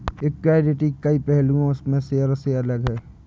equity कई पहलुओं में शेयरों से अलग है